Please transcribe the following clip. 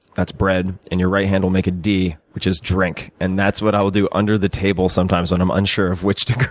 that's bread, and your right hand will make a d, which is drink. and that's what i'll do under the table sometimes when i'm unsure of which to